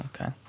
okay